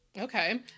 Okay